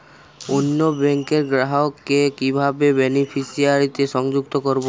অন্য ব্যাংক র গ্রাহক কে কিভাবে বেনিফিসিয়ারি তে সংযুক্ত করবো?